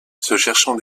cherchant